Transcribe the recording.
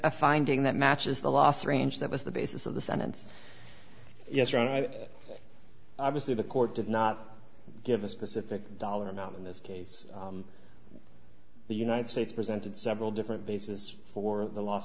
a finding that matches the last range that was the basis of the sentence yesternight obviously the court did not give a specific dollar amount in this case the united states presented several different bases for the loss